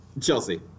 Chelsea